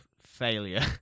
failure